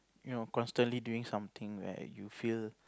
you know constantly doing something where you feel